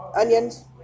Onions